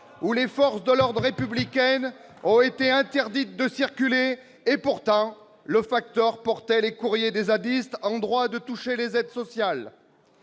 où les forces de l'ordre républicaines ont été interdites de circuler. Et pourtant, le facteur y portait le courrier des zadistes en droit de toucher les aides sociales